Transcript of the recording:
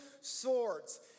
swords